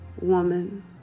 woman